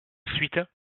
suite